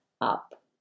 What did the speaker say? up